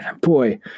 boy